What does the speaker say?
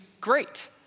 great